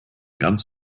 ganz